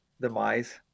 demise